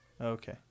okay